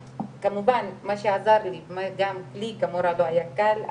כמובן מה שעזר לי וגם לי כמורה לא היה קל,